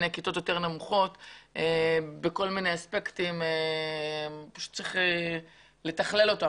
כיתות יותר נמוכות בכל מיני אספקטים וצריך לתכלל אותם.